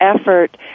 effort